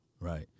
right